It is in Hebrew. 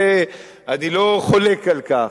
אני לא חולק על כך.